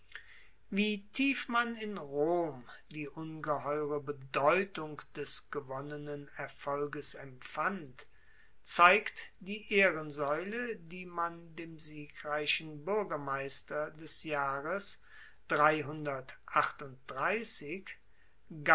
wie tief man in rom die ungeheure bedeutung des gewonnenen erfolges empfand zeigt die ehrensaeule die man dem siegreichen buergermeister des jahres